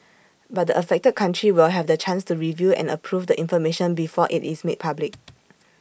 but the affected country will have the chance to review and approve the information before IT is made public